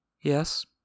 Yes